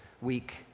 week